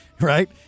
right